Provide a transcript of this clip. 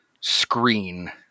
screen